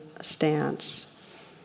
stance